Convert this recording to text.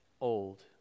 old